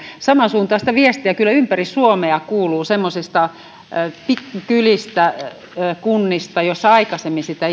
samansuuntaista viestiä kyllä ympäri suomea kuuluu semmoisista pikkukylistä kunnista joissa aikaisemmin sitä